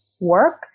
work